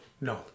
No